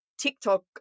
TikTok